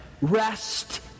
Rest